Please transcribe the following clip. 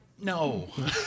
no